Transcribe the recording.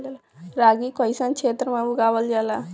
रागी कइसन क्षेत्र में उगावल जला?